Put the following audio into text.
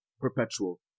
perpetual